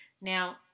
Now